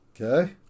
Okay